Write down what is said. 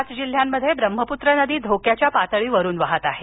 पाच जिल्ह्यांमध्ये ब्रह्मपुत्र नदी धोक्याच्या पातळीवरून वहात आहे